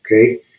okay